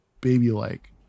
baby-like